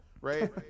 right